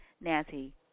Nancy